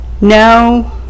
no